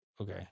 Okay